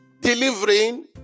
delivering